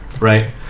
right